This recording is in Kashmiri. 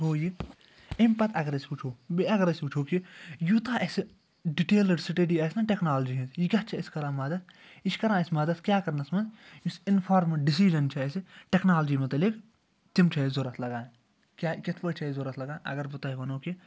ہوٗ یہِ اَمہِ پَتہٕ اگر أسۍ وٕچھو بیٚیہِ اگر أسۍ وٕچھو کہِ یوٗتاہ اَسہِ ڈِٹیلٕڈ سٹیٚڈی آسہِ نہ ٹیٚکنالجی ہٕنٛز یہِ کَتھ چھِ أسۍ کران مدد یہِ چھِ کران اَسہِ مدد کیاہ کَرنَس مَنٛز یُس اِنفارمٕڈ ڈِسیٖجَن چھُ اَسہِ ٹیٚکنالجی مُتعلِق تِم چھِ اَسہِ ضوٚرتھ لَگان کیاہ کِتھ پٲٹھۍ چھِ اَسہِ ضوٚرتھ لَگان اگر بہٕ تۄہہِ وَنو کہِ